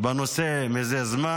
בנושא לפני זמן.